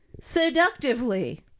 Seductively